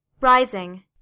Rising